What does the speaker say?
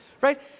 Right